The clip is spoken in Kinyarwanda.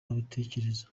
babitekereza